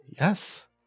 Yes